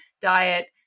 diet